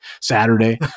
Saturday